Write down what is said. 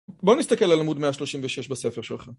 בוא נסתכל על עמוד 136 בספר שלך.